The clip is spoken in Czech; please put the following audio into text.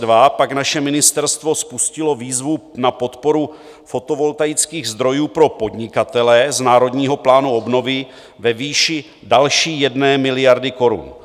V březnu 2022 pak naše ministerstvo spustilo výzvu na podporu fotovoltaických zdrojů pro podnikatele z Národního plánu obnovy ve výši další 1 miliardy korun.